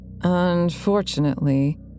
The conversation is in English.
Unfortunately